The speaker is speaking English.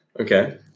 Okay